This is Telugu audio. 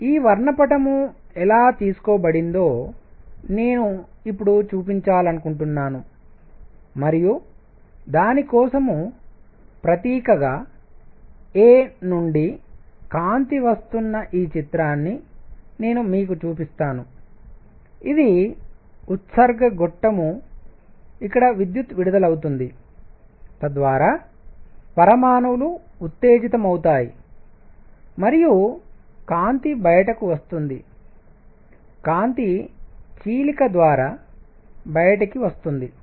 ఈ వర్ణపటం ఎలా తీసుకోబడిందో నేను ఇప్పుడు చూపించాలనుకుంటున్నాను మరియు దాని కోసం ప్రతీకగా a నుండి కాంతి వస్తున్న ఈ చిత్రాన్ని నేను మీకు చూపిస్తాను ఇది ఉత్సర్గ గొట్టండిస్చార్జ్ ట్యూబ్ ఇక్కడ విద్యుత్తు విడుదలవుతుంది తద్వారా పరమాణువులు ఉత్తేజితమవుతాయి మరియు కాంతి బయటకు వస్తుంది కాంతి చీలిక ద్వారా బయటికి వస్తుంది